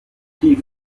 fla